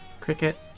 Cricket